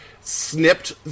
snipped